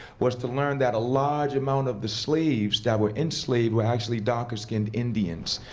was to learn that a large amount of the slaves that were enslaved were actually darker skinned indians,